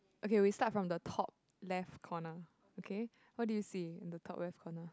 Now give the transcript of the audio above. okay we start from the top left corner okay what do you see in the top left corner